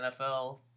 NFL